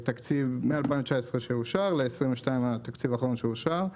מהתקציב שאושר ב-2019 לתקציב שאושר ב-2022.